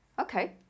Okay